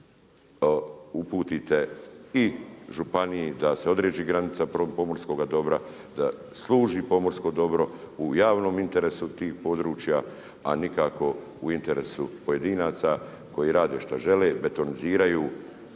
se ne razumije./… granica pomorskoga dobra, da služi pomorsko dobro u javnom interesu tih područja a nikako u interesu pojedinaca koji rade šta žele, betoniziraju,